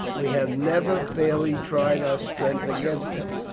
we have never fairly tried our strength against them.